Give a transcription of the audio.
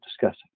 discussing